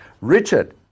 Richard